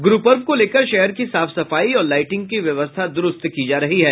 गुरू पर्व को लेकर शहर की साफ सफाई और लाईटिंग की व्यवस्था दुरूस्त की जा रही है